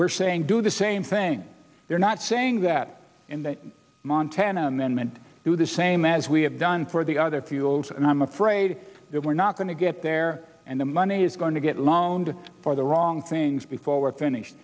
we're saying do the same thing you're not saying that in the montana amendment do the same as we have done for the other fuels and i'm afraid if we're not going to get there and the money is going to get loaned for the wrong things before we're finished